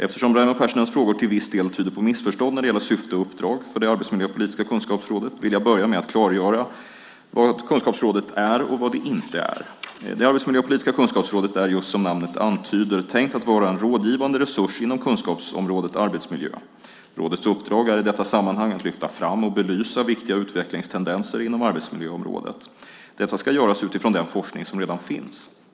Eftersom Raimo Pärssinens frågor till viss del tyder på missförstånd när det gäller syfte och uppdrag för det arbetsmiljöpolitiska kunskapsrådet vill jag börja med att klargöra vad kunskapsrådet är och vad det inte är. Det arbetsmiljöpolitiska kunskapsrådet är, just som namnet antyder, tänkt att vara en rådgivande resurs inom kunskapsområdet arbetsmiljö. Rådets uppdrag är i detta sammanhang att lyfta fram och belysa viktiga utvecklingstendenser inom arbetsmiljöområdet. Detta ska göras utifrån den forskning som redan finns.